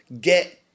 Get